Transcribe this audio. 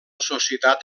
societat